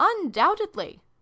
Undoubtedly